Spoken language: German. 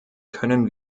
können